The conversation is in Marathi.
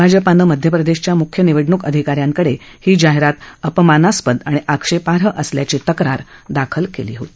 भाजपानं मध्यप्रदेशच्या मुख्य निवडणूक अधिकाऱ्यांकडे ही जाहिरात अपमानास्पद आणि आक्षेपाई असल्याची तक्रार दाखल केली होती